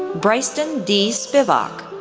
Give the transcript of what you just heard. bryston d. spivock,